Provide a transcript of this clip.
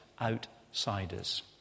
outsiders